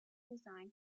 design